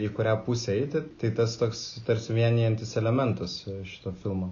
į kurią pusę eiti tai tas toks tarsi vienijantis elementas šito filmo